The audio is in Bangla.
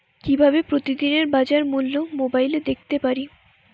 কিভাবে প্রতিদিনের বাজার মূল্য মোবাইলে দেখতে পারি?